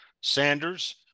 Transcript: Sanders